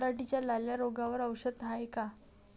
पराटीच्या लाल्या रोगावर औषध हाये का?